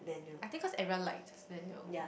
I think cause everyone like